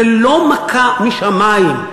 זה לא מכה משמים.